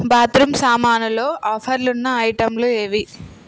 bathroom సామానులో ఆఫర్లున్న ఐటెంలు ఏవి